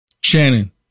shannon